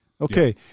Okay